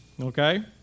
Okay